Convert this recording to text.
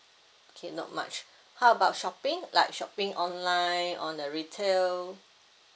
okay not much how about shopping like shopping online on the retail